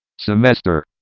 semester.